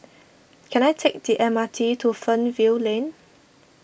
can I take the M R T to Fernvale Lane